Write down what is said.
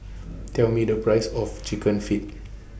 Tell Me The Price of Chicken Feet